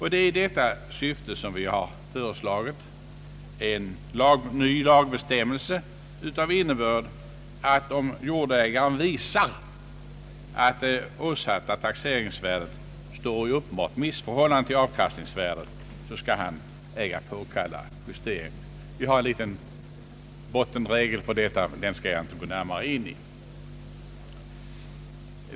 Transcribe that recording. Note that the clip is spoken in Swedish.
I detta syfte har vi föreslagit en ny lagbestämmelse av innebörd att om jordägaren visar att det åsatta taxeringsvärdet står i uppenbart missförhållande till avkastningsvärdet skall han äga påkalla justering. Vi har en liten bottenregel för detta, men jag skall inte gå närmare in därpå.